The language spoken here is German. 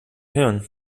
hören